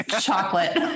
chocolate